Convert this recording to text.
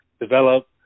develop